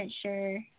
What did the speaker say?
sure